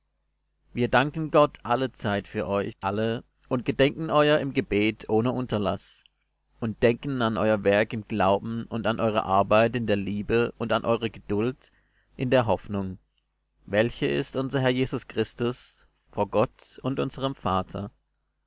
wir danken gott allezeit für euch alle und gedenken euer im gebet ohne unterlaß und denken an euer werk im glauben und an eure arbeit in der liebe und an eure geduld in der hoffnung welche ist unser herr jesus christus vor gott und unserm vater